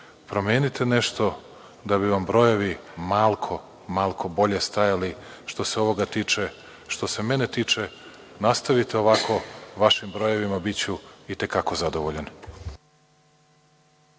promenite nešto da bi vam brojevi malko, malko bolje stajali, što se ovoga tiče. Što se mene tiče, nastavite ovako, vašim brojevima biću i te kako zadovoljan.